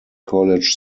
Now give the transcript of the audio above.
college